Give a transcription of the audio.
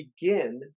begin